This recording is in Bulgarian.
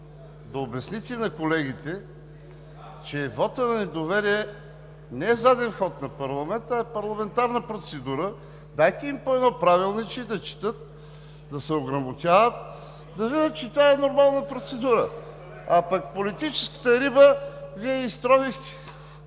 да обясните на колегите, че вотът на недоверие не е заден ход на парламента, а парламентарна процедура. Дайте им по едно правилниче и да четат, да се ограмотяват, да видят, че това е нормална процедура. А пък политическата риба Вие я изтровихте